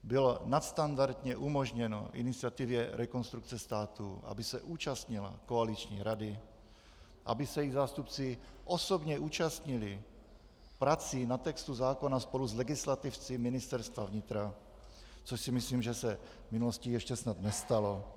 Bylo nadstandardně umožněno iniciativě Rekonstrukce státu, aby se účastnila koaliční rady, aby se její zástupci osobně účastnili prací na textu zákona spolu s legislativci Ministerstva vnitra, což si myslím, že se v minulosti ještě snad nestalo.